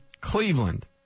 Cleveland